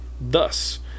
Thus